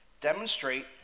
Demonstrate